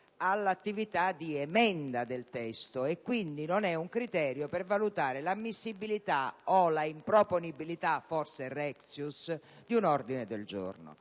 all'attività di emenda del testo e quindi non è un criterio per valutare l'ammissibilità - o l'improponibilità, forse, *rectius* - di un ordine del giorno.